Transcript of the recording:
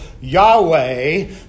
Yahweh